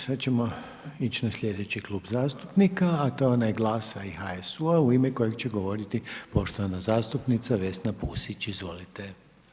Sad ćemo ići na slijedeći Klub zastupnika, a to je onaj GLAS-a i HSU-a u ime kojeg će govoriti poštovana zastupnica Vesna Pusić, izvolite.